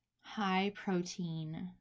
high-protein